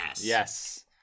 Yes